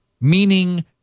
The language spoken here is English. meaning